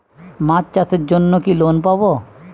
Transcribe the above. মাছ চাষের জন্য কি লোন পাব?